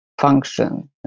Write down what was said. Function